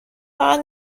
فقط